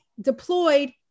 deployed